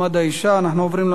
אנחנו עוברים לנושא הבא: